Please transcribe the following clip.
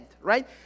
right